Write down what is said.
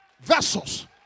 vessels